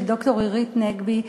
של ד"ר עירית נגבי,